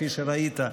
כפי שראית,